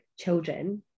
children